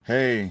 Hey